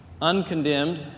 Uncondemned